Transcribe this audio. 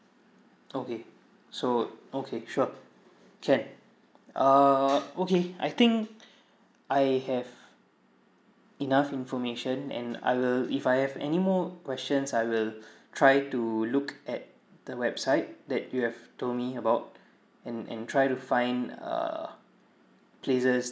okay so okay sure check uh okay I think I have enough information and I will if I have any more questions I will try to look at the website that you have told me about and and try to find err places